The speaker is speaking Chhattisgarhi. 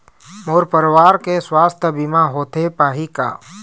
मोर परवार के सुवास्थ बीमा होथे पाही का?